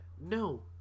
No